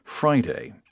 Friday